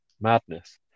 Madness